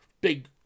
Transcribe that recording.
big